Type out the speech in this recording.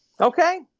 Okay